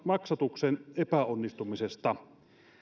maksatuksen epäonnistumisesta